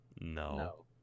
No